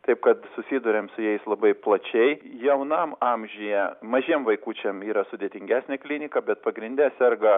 taip kad susiduriam su jais labai plačiai jaunam amžiuje mažiem vaikučiam yra sudėtingesnė klinika bet pagrinde serga